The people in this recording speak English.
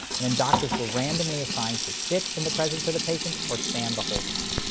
and then doctors were randomly assigned to sit in the presence of the patient or stand the whole time.